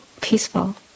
peaceful